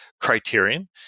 criterion